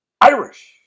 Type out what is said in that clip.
Irish